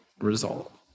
result